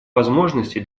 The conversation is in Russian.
возможности